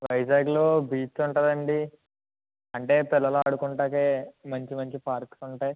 వైజాగ్లో బీచ్ ఉంటుందండి అంటే పిల్లలు ఆడుకోవడానికి మంచి మంచి పార్క్స్ ఉంటాయి